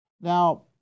Now